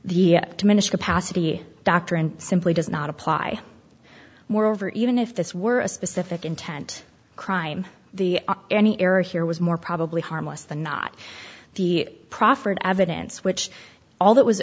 to minister to pacify doctrine simply does not apply moreover even if this were a specific intent crime the any error here was more probably harmless the not the proffered evidence which all that was